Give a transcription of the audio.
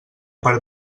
per